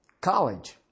college